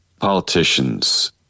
politicians